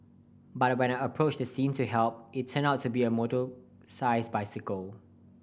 but when I approached the scene to help it turned out to be a motorised bicycle